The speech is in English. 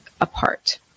apart